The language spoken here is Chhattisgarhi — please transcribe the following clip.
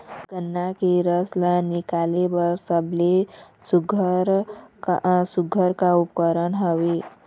गन्ना के रस ला निकाले बर सबले सुघ्घर का उपकरण हवए?